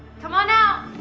come on out.